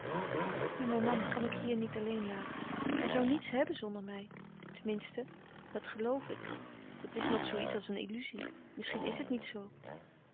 maar mijn man kan ik hier niet alleen laten hij zoû niets hebben zonder mij tenminste dat geloof ik dat is nog zoo iets als een illuzie misschien is het niet zoo